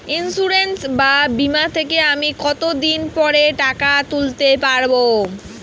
Insurance বা বিমা থেকে আমি কত দিন পরে টাকা তুলতে পারব?